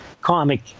comic